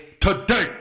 today